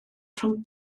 rhwng